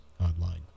Online